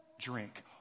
drink